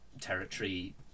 territory